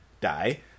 die